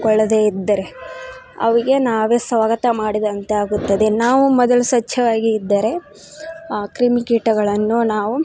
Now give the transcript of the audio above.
ಕೊಳ್ಳದೆ ಇದ್ದರೆ ಅವುಗೆ ನಾವೇ ಸ್ವಾಗತ ಮಾಡಿದಂತಾಗುತ್ತದೆ ನಾವು ಮೊದಲು ಸ್ವಚ್ಛವಾಗಿ ಇದ್ದರೆ ಆ ಕ್ರಿಮಿಕೀಟಗಳನ್ನು ನಾವು